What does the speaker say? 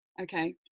Okay